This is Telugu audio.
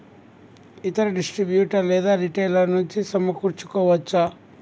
ఇతర డిస్ట్రిబ్యూటర్ లేదా రిటైలర్ నుండి సమకూర్చుకోవచ్చా?